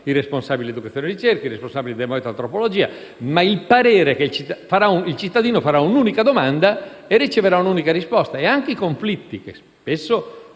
Il cittadino farà un'unica domanda e riceverà un'unica risposta e anche i conflitti, che è